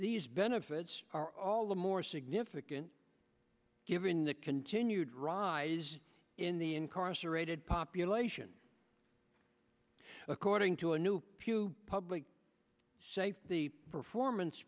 these benefits are all the more significant given the continued rise in the incarcerated population according to a new pew public safety forman